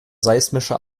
seismischer